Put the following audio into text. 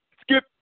skip